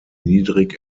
niedrig